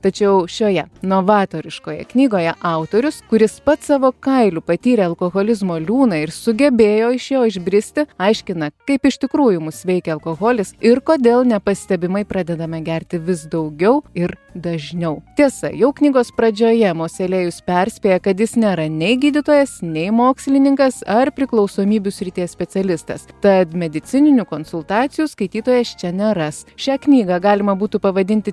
tačiau šioje novatoriškoje knygoje autorius kuris pats savo kailiu patyrė alkoholizmo liūną ir sugebėjo iš jo išbristi aiškina kaip iš tikrųjų mus veikia alkoholis ir kodėl nepastebimai pradedame gerti vis daugiau ir dažniau tiesa jau knygos pradžioje moselėjus perspėja kad jis nėra nei gydytojas nei mokslininkas ar priklausomybių srities specialistas tad medicininių konsultacijų skaitytojas čia neras šią knygą galima būtų pavadinti